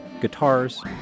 guitars